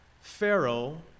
Pharaoh